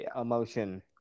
emotion